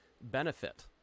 benefit